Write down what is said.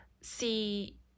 see